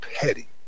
petty